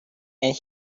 and